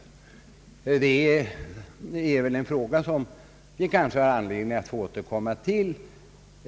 Detta är en fråga som vi kanske får anledning återkomma till.